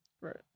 Right